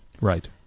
Right